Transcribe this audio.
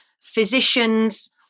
physicians